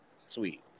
Sweet